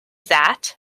that